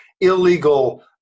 illegal